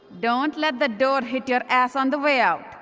don't let the door hit your ass on the way out.